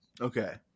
Okay